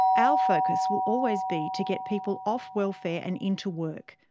our focus will always be to get people off welfare and into work.